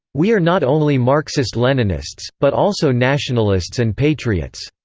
we are not only marxist-leninists, but also nationalists and patriots.